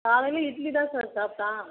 காலையில் இட்லி தான் சார் சாப்பிட்டான்